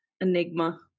enigma